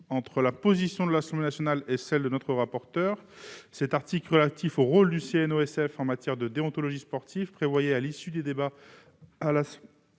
l'article 6 issue de l'Assemblée nationale et l'ajout de notre rapporteur. Cet article, relatif au rôle du CNOSF en matière de déontologie sportive, prévoyait à l'issue des débats à l'Assemblée nationale